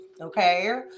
okay